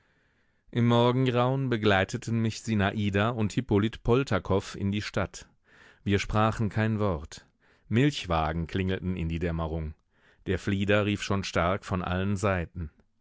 im morgengrauen begleiteten mich sinada und hippolyt poltakow in die stadt wir sprachen kein wort milchwagen klingelten in die dämmerung der flieder rief schon stark von allen seiten